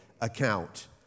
account